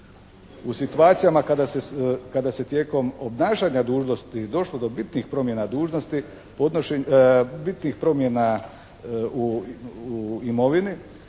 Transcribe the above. U situacijama kada se tijekom obnašanja dužnosti je došlo do tih promjena dužnosti, bitnih promjena u imovini